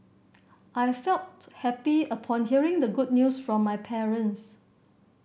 I felt happy upon hearing the good news from my parents